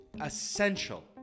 essential